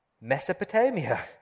Mesopotamia